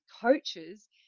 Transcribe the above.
coaches